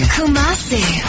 Kumasi